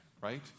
right